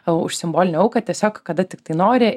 o už simbolinę auką tiesiog kada tiktai nori